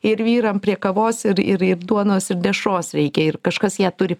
ir vyram prie kavos ir ir ir duonos ir dešros reikia ir kažkas ją turi